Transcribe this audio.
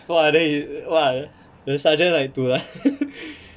!wah! then he !wah! the sergeant like dulan